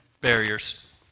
barriers